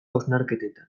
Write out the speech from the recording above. hausnarketetan